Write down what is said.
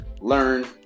learn